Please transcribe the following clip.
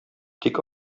тик